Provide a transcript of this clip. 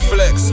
Flex